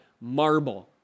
marble